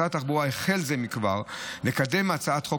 משרד התחבורה החל זה מכבר לקדם הצעת חוק